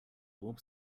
warp